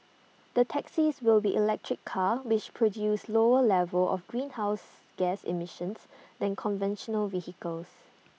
the taxis will be electric cars which produce lower levels of greenhouse gas emissions than conventional vehicles